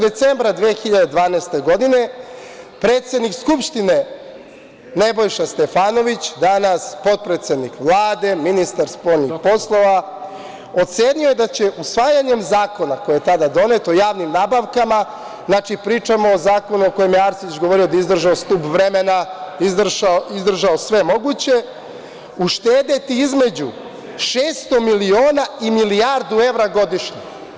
Decembra 24, 2012. godine predsednik Skupštine, Nebojša Stefanović, danas potpredsednik Vlade, ministar spoljnih poslova, ocenio je da će usvajanjem zakona, koji je tada donet, o javnim nabavkama, znači pričam o zakonu o kojem je Arsić govorio, da je izdržao stub vremena, izdržao sve moguće, uštedeti između 600 miliona i milijardu evra godišnje.